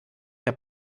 der